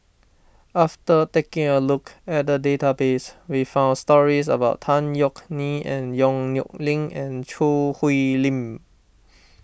after taking a look at the database we found stories about Tan Yeok Nee and Yong Nyuk Lin and Choo Hwee Lim